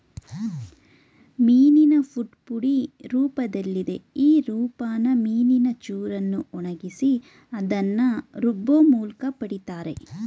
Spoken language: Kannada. ಮೀನಿನ ಫುಡ್ ಪುಡಿ ರೂಪ್ದಲ್ಲಿದೆ ಈ ರೂಪನ ಮೀನಿನ ಚೂರನ್ನ ಒಣಗ್ಸಿ ಅದ್ನ ರುಬ್ಬೋಮೂಲ್ಕ ಪಡಿತಾರೆ